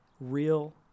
real